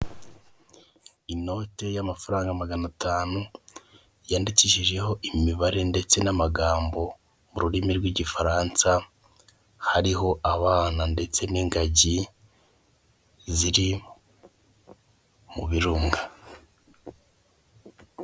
Inote y'amafaranga magana atanu yandikishijeho imibare ndetse n'amagambo mu gifaransa hariho abana ndetse n'ingagi ziri mu birunga.